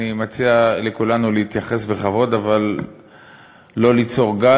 אני מציע לכולנו להתייחס בכבוד, אבל לא ליצור גל.